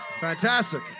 fantastic